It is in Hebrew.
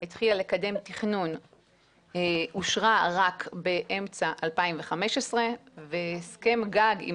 התחילה לקדם תכנון אושרה רק באמצע 2015 והסכם גג עם